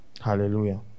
hallelujah